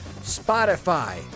Spotify